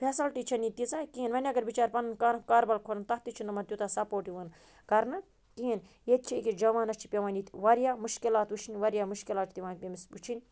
facility چھنہٕ ییٚتہِ تیٖژاہ کِہیٖنۍ وٕنۍ اگر بِچارٕ پَنُن کانٛہہ کاربار کھولان تَتھ تہِ چھُنہٕ یِمَن تیوٗتاہ سَپوٹ یِوان کرانہٕ کِہیٖنۍ ییٚتہِ چھِ أکِس جوانَس چھِ پٮ۪وان ییٚتہِ واریاہ مُشکِلات وٕچھٕنۍ واریاہ مُشکِلات چھِ پٮ۪وان تٔمِس وٕچھٕنۍ